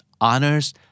honors